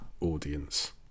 audience